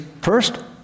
first